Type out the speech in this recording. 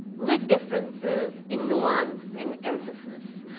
with differences in nuance and emphasis.